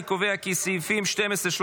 אני קובע כי סעיפים 12 13,